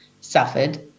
suffered